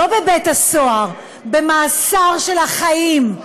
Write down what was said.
לא בבית-הסוהר, במאסר של החיים.